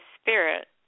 spirit